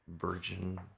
Virgin